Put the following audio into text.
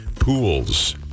pools